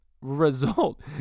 result